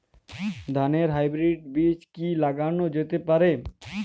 ধানের হাইব্রীড বীজ কি লাগানো যেতে পারে?